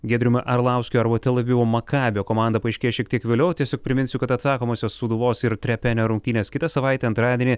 giedriumi arlauskiu arba tel avivo makabio komanda paaiškės šiek tiek vėliau tiesiog priminsiu kad atsakomosios sūduvos ir trepenio rungtynės kitą savaitę antradienį